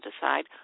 decide